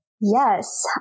Yes